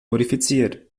modifiziert